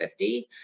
50